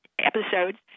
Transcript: episodes